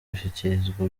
gushyikirizwa